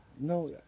no